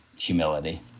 humility